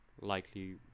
likely